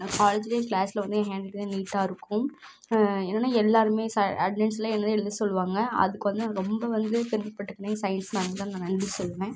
நான் காலேஜ்லேயும் கிளாஸ்ல வந்து என் ஹேண்ட் ரைட்டிங் தான் நீட்டாக இருக்கும் என்னென்னா எல்லாருமே ச அட்டெண்டன்ஸ்ல என்னைதான் எழுத சொல்லுவாங்க அதுக்கு வந்து நான் ரொம்ப வந்து பெருமை பட்டுக்கிறேன் சயின்ஸ் மேம்க்குதான் நான் நன்றி சொல்லுவேன்